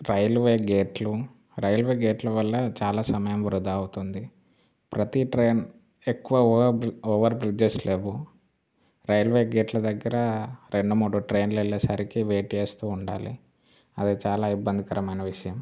railway గేట్లు railway గేట్ల వల్ల చాలా సమయం వృధా అవుతుంది ప్రతి ట్రైన్ ఎక్కువ ఓవర్ బ్రి ఓవర్ బ్రిడ్జెస్ లేవు రైల్వే గేట్ల దగ్గర రెండు మూడు ట్రైన్లు వెళ్ళేసరికి వెయిట్ చేస్తూ ఉండాలి అది చాలా ఇబ్బందికరమైన విషయం